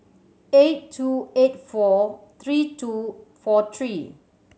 eight two eight four three two four three